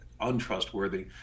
untrustworthy